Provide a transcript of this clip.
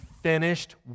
finished